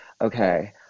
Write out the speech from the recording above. okay